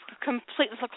completely